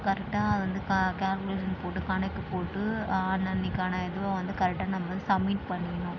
கரெக்டாக அது வந்து கால் கால்குலேஷன் போட்டு கணக்கு போட்டு அன்ன அன்னைக்கான இதுவை வந்து கரெக்டாக நம்ம சப்மீட் பண்ணிறணும்